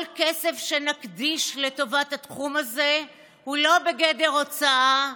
כל כסף שנקדיש לטובת התחום הזה הוא לא בגדר הוצאה,